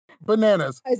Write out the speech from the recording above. bananas